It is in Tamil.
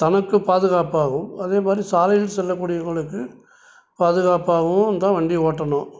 தனக்கு பாதுகாப்பாகவும் அதே மாதிரி சாலையில் செல்லக்கூடியவர்களுக்குப் பாதுகாப்பாகவும் தான் வண்டி ஓட்டணும்